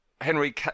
Henry